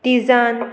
तिजान